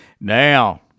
Now